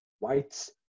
whites